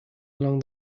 along